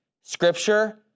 scripture